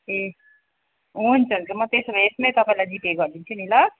ए हुन्छ हुन्छ म त्यसो भए म यसमै तपाईँलाई जिपे गरिदिन्छु नि ल